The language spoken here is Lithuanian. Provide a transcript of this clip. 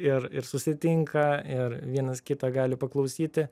ir ir susitinka ir vienas kitą gali paklausyti